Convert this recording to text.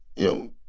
you know,